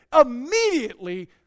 immediately